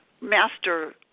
Master